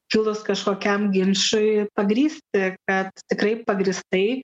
kilus kažkokiam ginčui pagrįsti kad tikrai pagrįstai